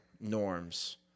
norms